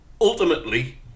ultimately